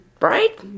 Right